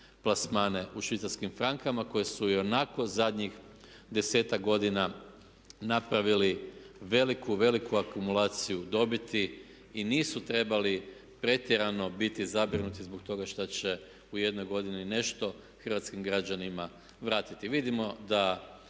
plasmane u švicarskim francima koji su ionako zadnjih 10-ak godina napravili veliku, veliku akumulaciju dobiti i nisu trebali pretjerano biti zabrinuti zbog toga šta će u jednoj godini nešto hrvatskim građanima vratiti.